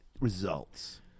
results